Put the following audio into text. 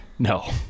no